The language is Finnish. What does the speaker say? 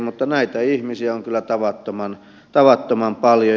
mutta näitä ihmisiä on kyllä tavattoman paljon